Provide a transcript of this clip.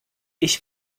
ich